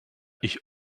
ich